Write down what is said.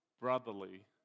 brotherly